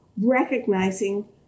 recognizing